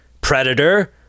predator